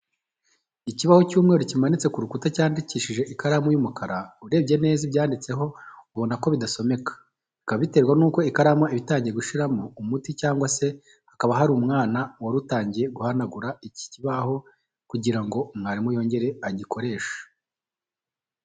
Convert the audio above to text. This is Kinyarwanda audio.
Ikibaho cy'umweru kimanitse ku rukuta cyandikishijeho ikaramu y'umukara . Urebye neza ibyanditseho ubona ko bidasomeka, bikaba biterwa nuko ikaramu iba itangiye gushiramo umuti cyangwa se hakaba hari umwana wari utangiye guhanagura iki kibaho kugira ngo mwarimu yongere agikoreshe.